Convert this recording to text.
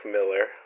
Miller